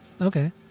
Okay